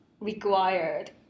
required